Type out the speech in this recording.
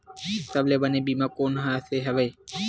सबले बने बीमा कोन से हवय?